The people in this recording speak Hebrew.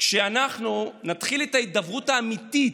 כשאנחנו נתחיל את ההידברות האמיתית,